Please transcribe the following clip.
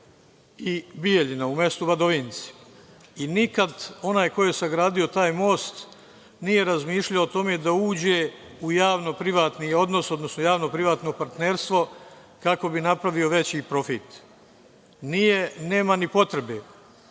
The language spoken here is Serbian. i Bijeljina, u mestu Vadovinci, i nikad onaj ko je sagradio taj most nije razmišljao o tome da uđe u javno-privatni odnos, odnosno javno-privatno partnerstvo kako bi napravio veći profit. Nije, nema ni potrebe. Proces